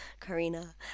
Karina